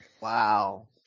Wow